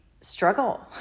struggle